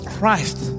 Christ